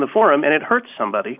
the forum and it hurts somebody